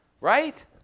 Right